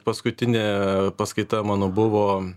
paskutinė paskaita mano buvo